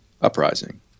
uprising